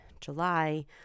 July